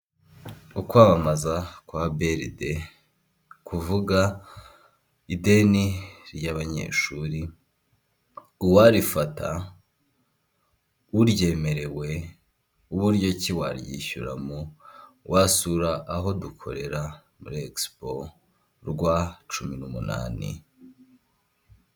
Ukwamamaza kwa be eride kuvuga ideni ry'abanyeshuri, uwarifata uryemerewe uburyo ki waryishyura mu wasura aho dukorera muri egipo rwa cumi n'umunani.